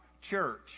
church